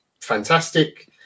fantastic